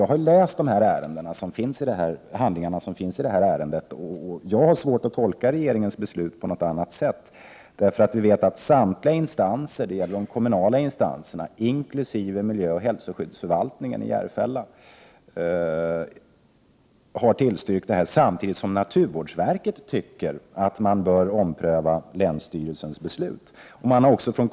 Jag har läst handlingarna i ärendet och har svårt att tolka regeringens beslut annorlunda. Samtliga instanser, alltså de kommunala instanserna inklusive miljöoch hälsoskyddsförvaltningen i Lidingö, har tillstyrkt samtidigt som naturvårdsverket tycker att länsstyrelsens beslut borde omprövas.